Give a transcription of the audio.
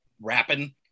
rapping